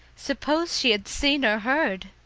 suppose she had seen or heard!